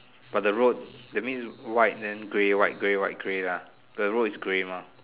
but the road that means white then grey white grey white grey lah the road is grey mah